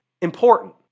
important